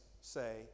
say